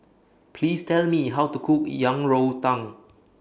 Please Tell Me How to Cook Yang Rou Tang